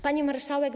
Pani Marszałek!